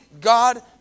God